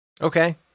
Okay